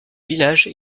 village